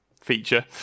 Feature